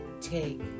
take